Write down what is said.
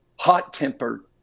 hot-tempered